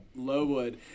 Lowood